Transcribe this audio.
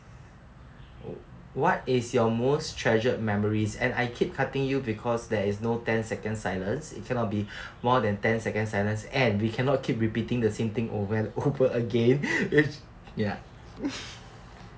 what is your most treasured memories and I keep cutting you because there is no ten seconds silence it cannot be more than ten seconds silence and we cannot keep repeating the same thing over and over again which ya